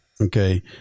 okay